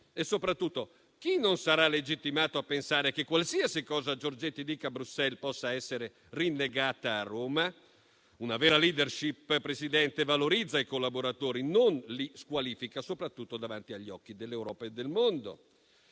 E, soprattutto, chi non sarà legittimato a pensare che qualsiasi cosa Giorgetti dica a Bruxelles può essere rinnegata a Roma? Una vera *leadership*, Presidente, valorizza i collaboratori, non li squalifica, soprattutto davanti agli occhi dell'Europa e del mondo.